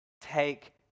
take